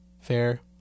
Fair